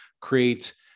create